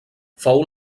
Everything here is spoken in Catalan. fou